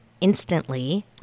instantly